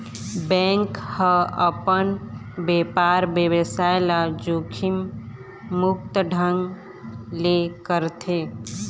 bank ह अपन बेपार बेवसाय ल जोखिम मुक्त ढंग ले करथे